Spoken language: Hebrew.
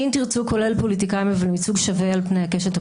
אם תרצו כולל פוליטיקאים אבל עם ייצוג שווה על פני הקשת הפוליטית.